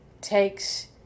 takes